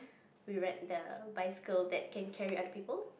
we rent the bicycle that can carry other people